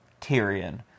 Tyrion